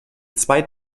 zwei